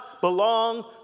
belong